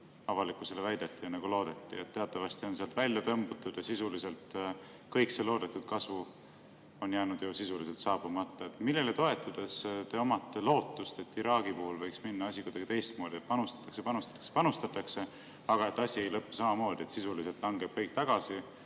avalikkusele väideti, nagu loodeti. Teatavasti on sealt välja tõmbutud ja sisuliselt kõik see loodetud kasu on jäänud saabumata. Millele toetudes te omate lootust, et Iraagi puhul võiks minna asi kuidagi teistmoodi, et panustatakse, panustatakse, panustatakse, aga asi ei lõpe samamoodi, et sisuliselt langeb kõik tagasi